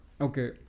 Okay